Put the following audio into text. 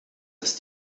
dass